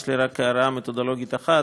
יש לי רק הערה מתודולוגית אחת,